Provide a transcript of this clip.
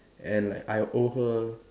and like I owe her